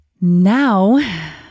Now